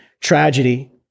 tragedy